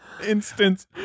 Instance